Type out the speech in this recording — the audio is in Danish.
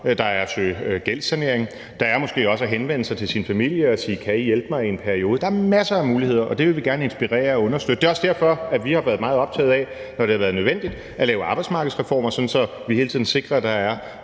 der er at søge gældssanering, og der er måske også at henvende sig til sin familie og sige: Kan I hjælpe mig i en periode? Der er masser af muligheder, og det vil vi gerne inspirere til og understøtte. Det er også derfor, at vi, når det har været nødvendigt, har været meget optagede af at lave arbejdsmarkedsreformer, sådan at vi hele tiden sikrer, at der er